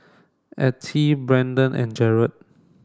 Ettie Brenton and Gearld